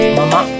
mama